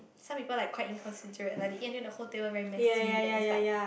some people like quite inconsiderate like they eat until the whole table very messy then it's like